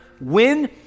win